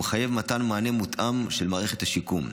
ומחייב מתן מענה מותאם של מערכת השיקום.